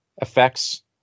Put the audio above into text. effects